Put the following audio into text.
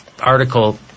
article